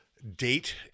date